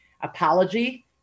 apology